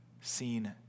seen